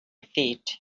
feet